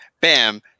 bam